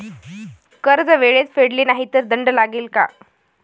कर्ज वेळेत फेडले नाही तर दंड लागेल का?